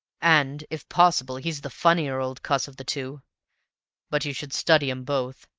and if possible he's the funnier old cuss of the two but you should study em both.